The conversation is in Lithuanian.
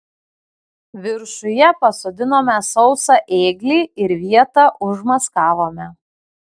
viršuje pasodinome sausą ėglį ir vietą užmaskavome